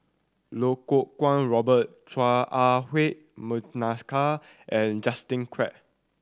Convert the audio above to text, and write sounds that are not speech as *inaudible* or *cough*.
Lau Kuo Kwong Robert Chua Ah Huwa *unintelligible* and Justin Quek